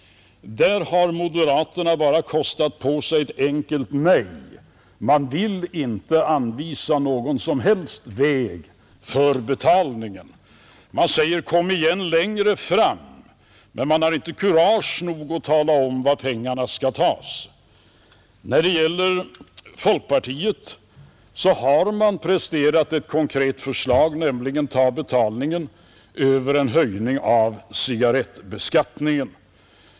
Där har moderaterna bara kostat på sig ett enkelt nej. Man vill inte anvisa någon som helst väg för betalningen. Man säger: Kom igen längre fram! men man har inte kurage nog att tala om var pengarna skall tas. När det gäller folkpartiet så har man presterat ett konkret förslag, nämligen att betalningen skall tas över en höjning av cigarrettbeskattningen.